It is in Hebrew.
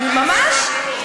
ממש.